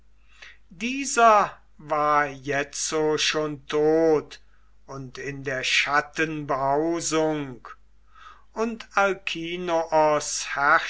dieser war jetzo schon tot und in der schatten behausung und alkinoos